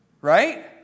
right